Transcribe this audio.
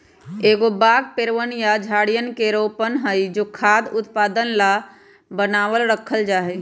एगो बाग पेड़वन या झाड़ियवन के रोपण हई जो खाद्य उत्पादन ला बनावल रखल जाहई